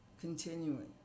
continuing